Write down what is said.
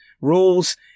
rules